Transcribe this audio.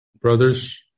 Brothers